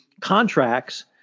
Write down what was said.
contracts